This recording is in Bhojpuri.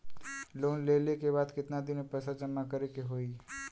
लोन लेले के बाद कितना दिन में पैसा जमा करे के होई?